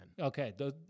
Okay